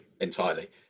entirely